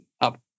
up